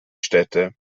städte